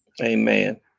amen